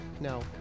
no